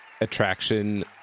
attraction